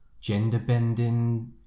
gender-bending